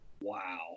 Wow